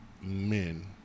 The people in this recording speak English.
men